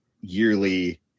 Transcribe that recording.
yearly